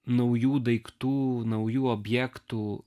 naujų daiktų naujų objektų